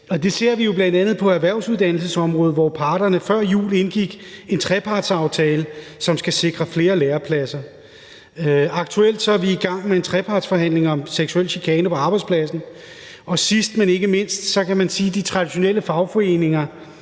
Det ser vi jo bl.a. på erhvervsuddannelsesområdet, hvor parterne før jul indgik en trepartsaftale, som skal sikre flere lærepladser. Aktuelt er vi i gang med en trepartsforhandling om seksuel chikane på arbejdspladsen, og sidst, men ikke mindst, kan man sige, at de traditionelle fagforeninger